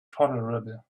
tolerable